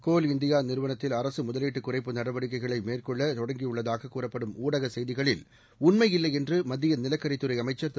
கோல் இந்தியாநிறுவனத்தில் அரசுமுதலீட்டுகுறைப்பு நடவடிக்கைகளைமேற்கொள்ளதொடங்கியுள்ள்தாககூறப்படும் ஊடகசெய்திகளில் உண்மையில்லைஎன்றுமத்தியநிலக்கரிதுறைஅமைச்சர் திரு